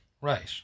right